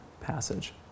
passage